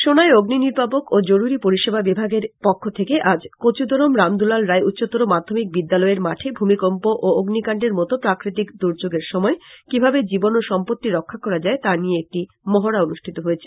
সোনাই অগ্নি নির্বাপক ও জরুরী পরিষেবা বিভাগের পক্ষ থেকে আজ কচুদরম রাম দুলাল রায় উচ্চতর মাধ্যমিক বিদ্যালয়ের মাঠে ভূমিকম্প ও অগ্নিকান্ডের মতো প্রাকৃতিক র্দযোগের সময় কিভাবে জীবন ও সম্পত্তি রক্ষা করা যায় তা নিয়ে একটি মহড়া অনুষ্ঠিত হয়েছে